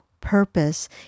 purpose